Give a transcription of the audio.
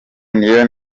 niyo